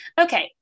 Okay